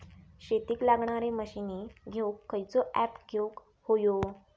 शेतीक लागणारे मशीनी घेवक खयचो ऍप घेवक होयो?